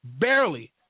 barely